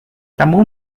tamu